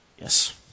Yes